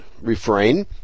refrain